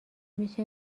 میشه